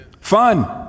fun